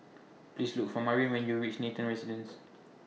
Please Look For Marin when YOU REACH Nathan Residences